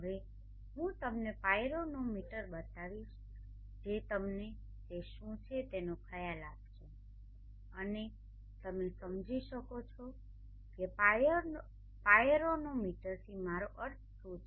હવે હું તમને પાયરોનોમીટર બતાવીશ જે તમને તે શું છે તેનો ખ્યાલ આપે છે અને તમે સમજી શકશો કે પાયરોનોમીટરથી મારો અર્થ શું છે